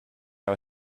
out